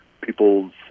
people's